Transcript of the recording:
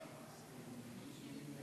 כבוד